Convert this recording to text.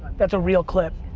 that's a real clip.